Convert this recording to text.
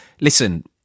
listen